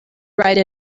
write